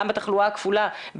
גם בתחלואה הכפולה,